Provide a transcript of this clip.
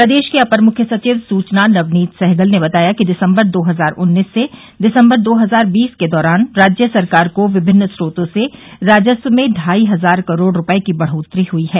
प्रदेश के अपर मुख्य सचिव सुचना नवनीत सहगल ने बताया कि दिसम्बर दो हजार उन्नीस से दिसम्बर दो हजार बीस के दौरान राज्य सरकार को विभिन्न श्रोतों से राजस्व में ढाई हजार करोड़ रूपये की बढ़ोत्तरी हई है